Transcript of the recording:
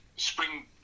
spring